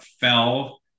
fell